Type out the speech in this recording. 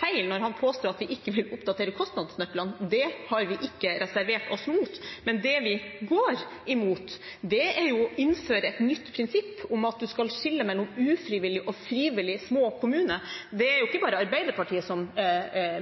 feil når han påstår at vi ikke vil oppdatere kostnadsnøklene. Det har vi ikke reservert oss mot. Men det vi går imot, er å innføre et nytt prinsipp om at man skal skille mellom ufrivillige og frivillige små kommuner. Det er det jo ikke bare Arbeiderpartiet som